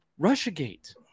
Russiagate